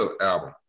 album